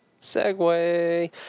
Segway